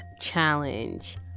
Challenge